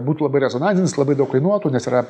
būtų labai rezonansinis labai daug kainuotų nes yra